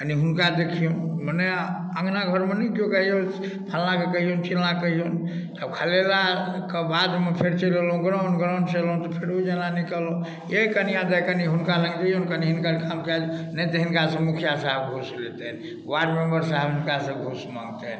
कनी हुनका देखियौ मने अंगना घर मे नहि केओ कहैया फलाॅं के कहियौ चिलाॅं के कहियौ आब खलेला के बाद मे फेर चलि अयलहुॅं ग्राउंड ग्राउंड सॅं एलौहुॅं फेरो जनानी के कहलहुॅं यै कनिया दाइ कनी हुनका लग जइयौ कनी हिनकर काम कए दियौ नहि तऽ हिनका सऽ मुखिया सहेब घूस लेतनि वार्ड मेंबर सहेब हिनका सऽ घूस मांगतनि